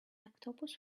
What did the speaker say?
octopus